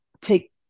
take